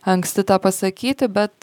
anksti tą pasakyti bet